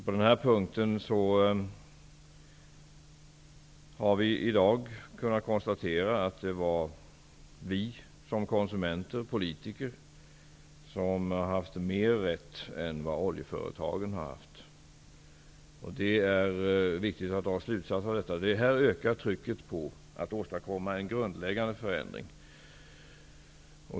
På denna punkt kan vi i dag konstatera att vi som konsumenter och politiker har haft mer rätt än vad oljeföretagen haft. Det är viktigt att av detta dra slutsatsen att det här ökar trycket när det gäller att åstadkomma en grundläggande förändring.